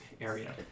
area